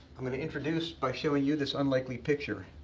i'm going to introduce by showing you this unlikely picture.